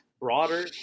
broader